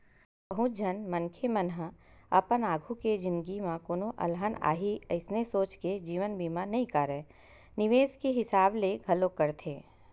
बहुत झन मनखे मन ह अपन आघु के जिनगी म कोनो अलहन आही अइसने सोच के जीवन बीमा नइ कारय निवेस के हिसाब ले घलोक करथे